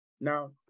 Now